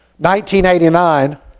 1989